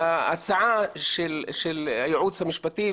לגבי ההצעה של הייעוץ המשפטי,